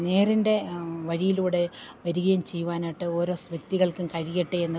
നേരിൻ്റെ വഴിയിലൂടെ വരികയും ചെയ്യുവാനായിട്ട് ഓരോ സ് വ്യക്തികൾക്കും കഴിയട്ടെ എന്ന്